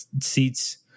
seats